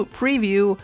preview